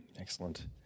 Excellent